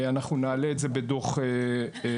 ואנחנו נעלה את זה בדו"ח בהמשך.